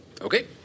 Okay